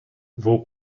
vos